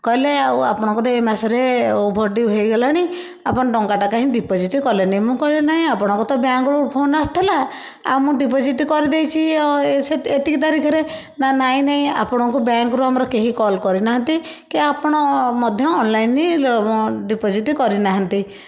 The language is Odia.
କହିଲେ ଆଉ ଆପଣଙ୍କର ଏ ମାସରେ ଓଭରଡ଼ିଉ ହେଇଗଲାଣି ଆପଣ ଟଙ୍କା ଟା କାହିଁ ଡ଼ିପୋଜିଟ୍ କଲେନି ମୁଁ କହିଲି ନାହିଁ ଆପଣଙ୍କର ତ ବ୍ୟାଙ୍କରୁ ଫୋନ୍ ଆସିଥିଲା ଆଉ ମୁଁ ଡ଼ିପୋଜିଟ୍ କରିଦେଇଛି ଅ ଏତିକି ତାରିଖରେ ନା ନାହିଁ ନାହିଁ ଆପଣଙ୍କୁ ବ୍ୟାଙ୍କରୁ ଆମର କେହି କଲ୍ କରିନାହାଁନ୍ତି କି ଆପଣ ମଧ୍ୟ ଅନଲାଇନି ଡ଼ିପୋଜିଟ୍ କରିନାହାଁନ୍ତି